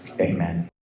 Amen